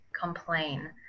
complain